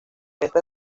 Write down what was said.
esta